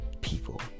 people